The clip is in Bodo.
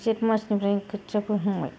जेत मासनिफ्राय खोथिया फोहांबाय